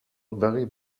very